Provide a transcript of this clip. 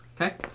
Okay